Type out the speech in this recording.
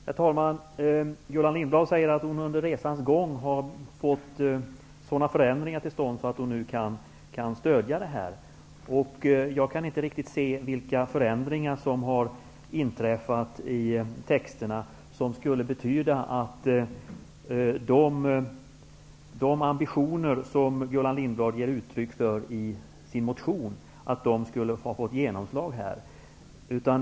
Herr talman! Gullan Lindblad säger att hon under resans gång har fått sådana förändringar till stånd att hon nu kan stödja det här. Jag kan inte riktigt se vilka förändringar som har inträffat i texterna och som skulle betyda att de ambitioner som Gullan Lindblad ger uttryck för i sin motion, skulle ha fått genomslag.